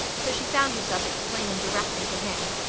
so she found herself explaining directly to him.